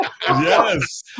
Yes